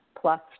plus